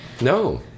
No